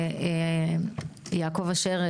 יעקב אשר,